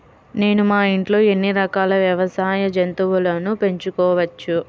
నేను మా ఇంట్లో ఎన్ని రకాల వ్యవసాయ జంతువులను పెంచుకోవచ్చు?